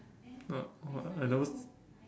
uh oh I never